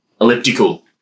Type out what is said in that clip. Elliptical